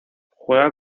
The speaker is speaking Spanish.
juega